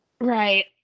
Right